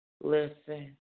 listen